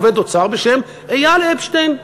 עובד אוצר בשם אייל אפשטיין,